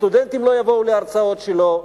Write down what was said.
סטודנטים לא יבואו להרצאות שלו,